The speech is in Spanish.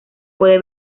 puede